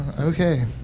Okay